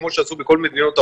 כמו שעשו בכל מדינות העולם,